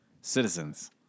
citizens